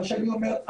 מה שאני אומר,